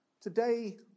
Today